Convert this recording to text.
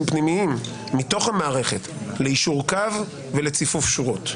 פנימיים מתוך המערכת ליישור קו ולציפוף שורות.